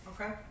Okay